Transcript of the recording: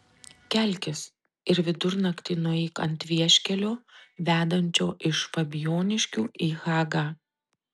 kelkis ir vidurnaktį nueik ant vieškelio vedančio iš fabijoniškių į hagą